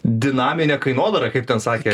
dinaminė kainodara kaip ten sakė